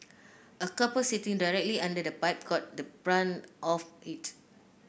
a couple sitting directly under the pipe got the brunt of it